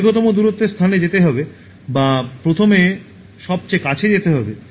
দীর্ঘতম দূরত্বের স্থানে যেতে হবে বা প্রথমে সবচেয়ে কাছে যেতে হবে